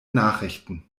nachrichten